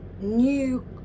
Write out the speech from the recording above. new